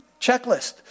checklist